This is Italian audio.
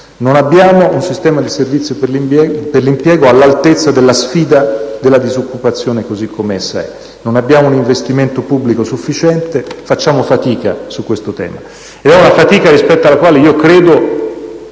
Non abbiamo un servizio per l'impiego all'altezza della sfida della disoccupazione attuale; non abbiamo un investimento pubblico sufficiente; facciamo fatica su questo tema. È una fatica della quale credo